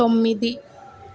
తొమ్మిది